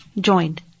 joined